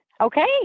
Okay